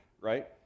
right